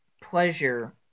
pleasure